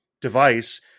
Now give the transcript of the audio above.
device